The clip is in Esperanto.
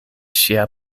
ŝia